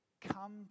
Come